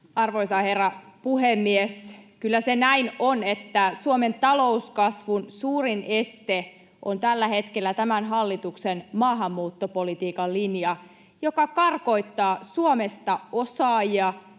Arvoisa herra puhemies! Kyllä se näin on, että Suomen talouskasvun suurin este on tällä hetkellä tämän hallituksen maahanmuuttopolitiikan linja, joka karkottaa Suomesta osaajia,